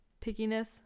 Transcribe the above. pickiness